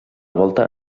volta